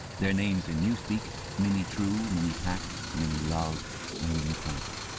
their names, in newspeak minitrue, minipax, miniluv, and miniplenty.